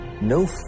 no